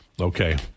Okay